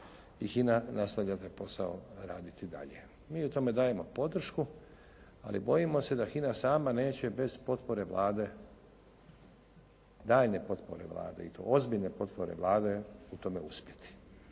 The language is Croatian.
i HINA nastavlja taj posao raditi dalje. Mi joj u tome dajemo podršku ali bojimo se da HINA sama neće bez potpore Vlade, tajne potpore Vlade i to ozbiljne potpore Vlade u tome uspjeti.